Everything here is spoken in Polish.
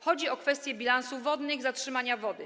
Chodzi także o kwestię bilansów wodnych, zatrzymania wody.